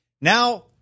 Now